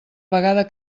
vegada